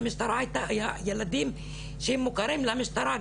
אלה ילדים שהם מוכרים למשטרה,